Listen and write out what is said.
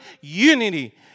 unity